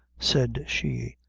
said she,